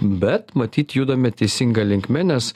bet matyt judame teisinga linkme nes